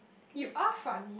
you are funny